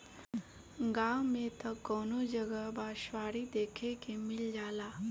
गांव में त कवनो जगह बँसवारी देखे के मिल जाला